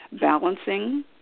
balancing